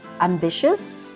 ambitious